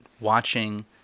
watching